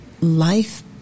life